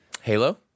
Halo